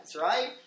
right